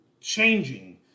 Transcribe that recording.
changing